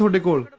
the girl.